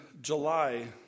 July